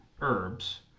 herbs